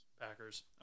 Packers